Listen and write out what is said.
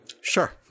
Sure